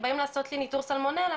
באים לעשות לי ניטור סלמונלה.